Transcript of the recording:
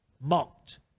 mocked